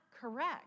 correct